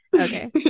Okay